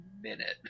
minute